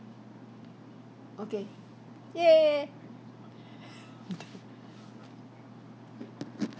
okay yay